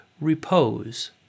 repose